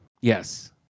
yes